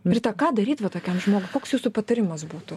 rita ką daryt va tokiam žmogui koks jūsų patarimas būtų